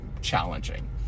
challenging